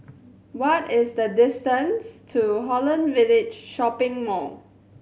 what is the distance to Holland Village Shopping Mall